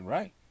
Right